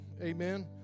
Amen